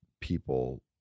people